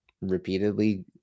repeatedly